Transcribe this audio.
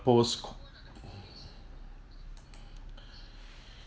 post COVID